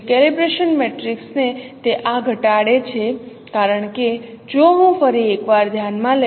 તેથી calibration matrix તે આ ઘટાડે છે કારણ કે જો હું ફરી એક વાર ધ્યાનમાં લઈશ